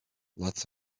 lots